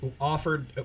offered